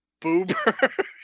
Boober